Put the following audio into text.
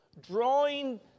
drawing